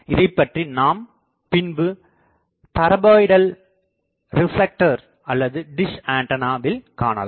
இதைப்பற்றி நாம் பின்பு பாரபோலாயிடல் ரெப்லெக்டர் அல்லது டிஷ் ஆண்டனாவில் காணலாம்